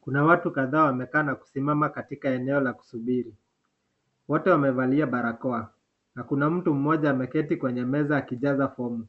Kuna watu kadhaa wanakaa na kusimama katika eneo la kumsubiri. Wote wamevalia barakoa na kuna mtu mmoja ameketi kwenye meza akijaza fomu,